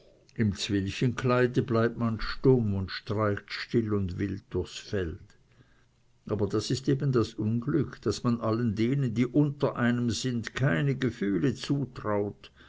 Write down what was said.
im zwilchenkleide bleibt man stumm und streicht still und wild durchs feld aber das ist eben das unglück daß man allen denen die unter einem sind keine gefühle zutraut